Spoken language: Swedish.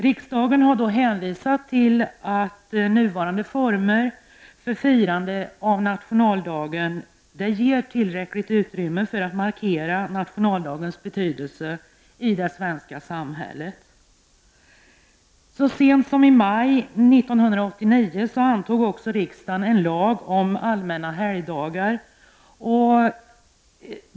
Riksdagen har då hänvisat till att nuvarande former för firandet av nationaldagen ger tillräckligt utrymme när det gäller att markera nationaldagens betydelse i det svenska samhället. Så sent som i maj 1989 antog riksdagen en lag om allmänna helgdagar.